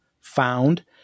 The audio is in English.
found